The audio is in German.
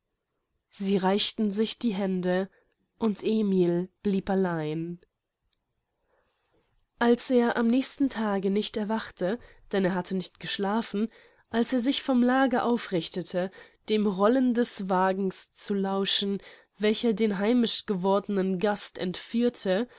sie reichten sich die hände und emil blieb allein als er am nächsten tage nicht erwachte denn er hatte nicht geschlafen als er sich vom lager aufrichtete dem rollen des wagens zu lauschen welcher den heimisch gewordenen gast entführte